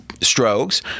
strokes